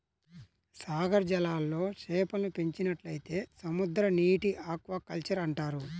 సాగర జలాల్లో చేపలను పెంచినట్లయితే సముద్రనీటి ఆక్వాకల్చర్ అంటారు